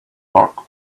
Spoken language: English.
work